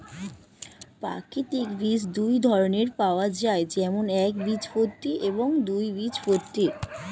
প্রাকৃতিক বীজ দুই ধরনের পাওয়া যায়, যেমন একবীজপত্রী এবং দুই বীজপত্রী